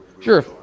sure